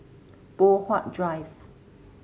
Poh Huat Drive